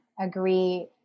agree